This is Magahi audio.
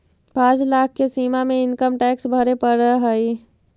पाँच लाख के सीमा में इनकम टैक्स भरे पड़ऽ हई